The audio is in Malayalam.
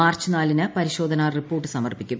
മാർച്ച് നാലിന് പരിശോധനാ റിപ്പോർട്ട് സമർപ്പിക്കും